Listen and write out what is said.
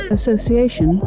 Association